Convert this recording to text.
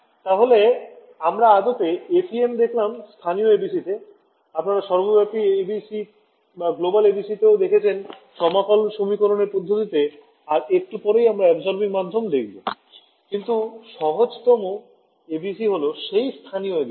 তাহলে আমরা আদপে FEM দেখলাম স্থানীয় ABC তে আপনারা সর্বব্যাপী ABC ও দেখেছেন সমাকল সমীকরণের পদ্ধতিতে আর একটু পরেই আমরা অ্যাবসরবিং মাধ্যম দেখবকিন্তু সহজতম ABC হল সেই স্থানীয় ABC